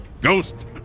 Ghost